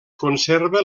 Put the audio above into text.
conserva